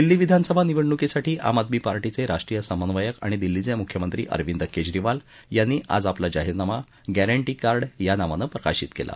दिल्ली विधानसभा निवडणुकीसाठी आम आदमी पार्टीचे राष्ट्रीय समन्वयक आणि दिल्लीचे मुख्यमंत्री अरविंद केजरीवाल यांनी आज आपला जाहीरनामा गॅरंटी कार्ड या नावानं प्रकाशित केला